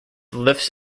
lifts